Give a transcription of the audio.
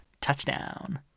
Touchdown